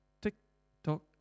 Tick-tock